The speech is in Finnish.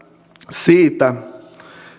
siitä